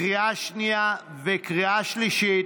לקריאה שנייה וקריאה שלישית.